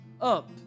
up